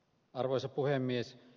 arvoisa puhemies